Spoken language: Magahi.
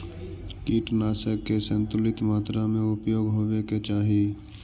कीटनाशक के संतुलित मात्रा में उपयोग होवे के चाहि